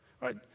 right